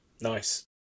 Nice